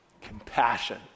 compassion